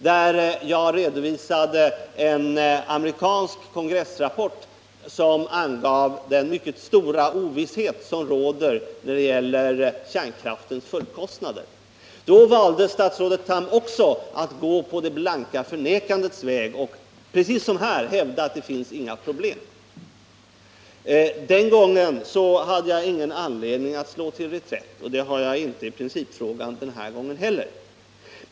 Där redovisade jag en amerikansk kongressrapport, som angav den mycket stora ovisshet som råder när det gäller kärnkraftens följdkostnader. Då valde statsrådet Tham också att gå på det blanka förnekandets väg och precis som här hävda att det inte finns några problem. Den gången hade jag ingen anledning att slå till reträtt, och det har jag inte i principfrågan här heller.